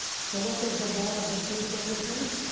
so what does the roar of the seas represent?